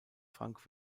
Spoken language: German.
frank